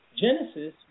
Genesis